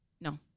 no